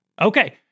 Okay